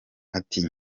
ati